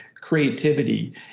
Creativity